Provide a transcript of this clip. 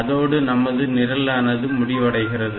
அதோடு நமது நிரலானது முடிவடைகிறது